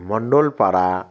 Mondalpara